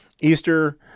easter